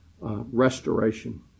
restoration